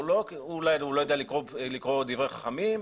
אולי הוא לא יודע לקרוא דברי חכמים,